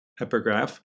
epigraph